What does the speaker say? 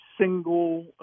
single